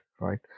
right